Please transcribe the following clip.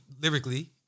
lyrically